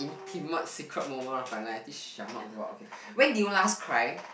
keep my secret moment of my life this shall not go out okay when did you last cry